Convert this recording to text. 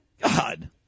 God